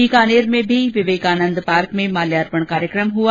बीकानेर में भी विवेकानंद पार्क में माल्यार्पण कार्यक्रम हुआ